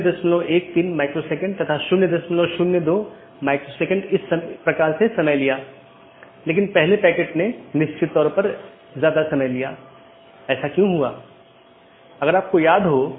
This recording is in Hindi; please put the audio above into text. इसलिए जब एक बार BGP राउटर को यह अपडेट मिल जाता है तो यह मूल रूप से सहकर्मी पर भेजने से पहले पथ विशेषताओं को अपडेट करता है